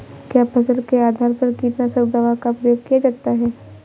क्या फसल के आधार पर कीटनाशक दवा का प्रयोग किया जाता है?